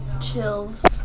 Chills